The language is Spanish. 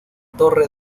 torre